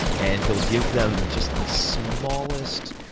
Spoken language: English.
and he'll give them just the smallest